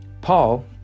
Paul